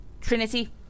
Trinity